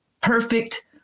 perfect